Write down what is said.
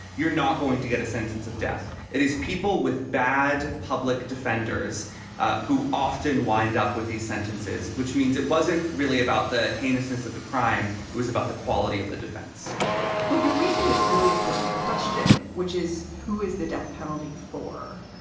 you're not going to get a sentence of death. it is people with bad public defenders who often wind up with these sentences, which means it wasn't really about the heinousness of the crime. it was about the quality of the defense well, you're raising this really important question, which is who is the death penalty for?